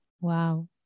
Wow